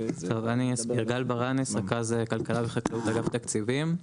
גל ברנס רכז כלכלה וחקלאות אגף תקציבים,